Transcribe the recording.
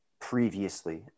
previously